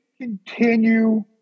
continue